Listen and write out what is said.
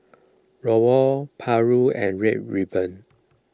Rawon Paru and Red Ruby